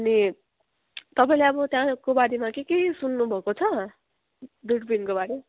अनि तपाईँले अब त्यहाँको बारेमा के के सुन्नुभएको छ दुर्पिनको बारे